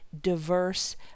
diverse